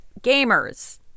gamers